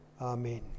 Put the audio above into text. Amen